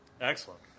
Excellent